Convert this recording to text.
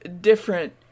different